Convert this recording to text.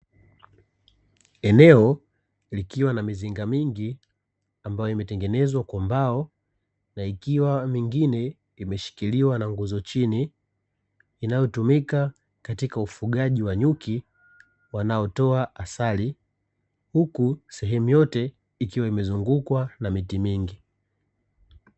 Eneo ambalo likiwa na mizinga mingi ambayo imetengenezwa kwa mbao na ikiwa mingine imeshikiliwa na nguzo chini, inayotumika katika ufugaji wa nyuki wanaotoa asali. Huku sehemu yote ikiwa imezungukwa na miti mingi.